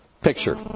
picture